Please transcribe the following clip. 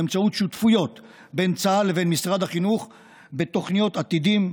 באמצעות שותפויות בין צה"ל לבין משרד החינוך בתוכניות "עתידים",